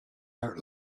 out